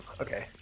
Okay